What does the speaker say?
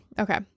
Okay